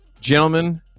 Gentlemen